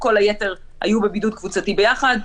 כל היתר היו בבידוד קבוצתי ביחד,